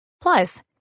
Plus